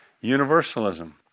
universalism